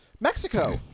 Mexico